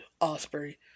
Osprey